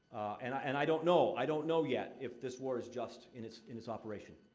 and i and i don't know i don't know yet if this war is just in its in its operation.